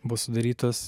buo sudarytos